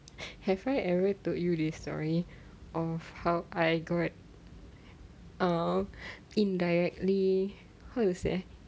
have I ever told you this story of how I got uh indirectly how to say